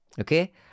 okay